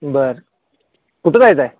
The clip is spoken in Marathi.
बरं कुठं जायचं आहे